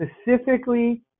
specifically